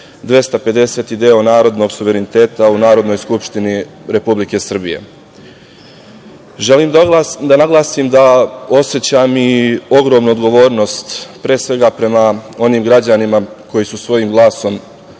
250-i deo narodnog suvereniteta u Narodnoj skupštini Republike Srbije. Želim da naglasim da osećam i ogromnu odgovornost, pre svega prema onim građanima koji su svojim glasom